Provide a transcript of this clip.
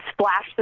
splash